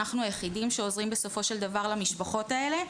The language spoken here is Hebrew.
אנחנו היחידים שעוזרים בסופו של דבר למשפחות האלה.